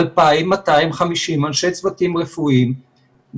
2,250 אנשי צוותים רפואיים,